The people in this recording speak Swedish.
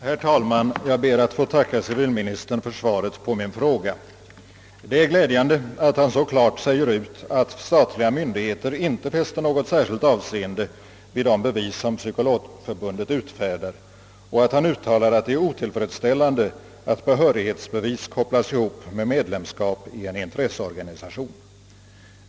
Herr talman! Jag ber att få tacka civilministern för svaret på min fråga. Det är glädjande att han så klart säger ifrån att statliga myndigheter inte fäster något särskilt avseende vid de bevis som Psykologförbundet utfärdar, och att han uttalar att det är otillfredsställande att behörighetsbevis kopplas ihop med medlemskap i en intresseorganisation.